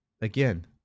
Again